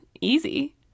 easy